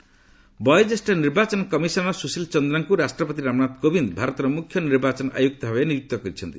ସୁଶୀଲ ଚନ୍ଦ୍ରା ବୟୋଜ୍ୟେଷ୍ଠ ନିର୍ବାଚନ କମିଶନର ସୁଶୀଲ ଚନ୍ଦ୍ରାଙ୍କୁ ରାଷ୍ଟ୍ରପତି ରାମନାଥ କୋବିନ୍ଦ ଭାରତ ମୁଖ୍ୟ ନିର୍ବାଚନ ଆୟୁକ୍ତଭାବେ ନିଯୁକ୍ତ କରିଛନ୍ତି